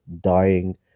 dying